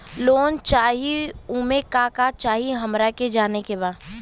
Loan चाही उमे का का चाही हमरा के जाने के बा?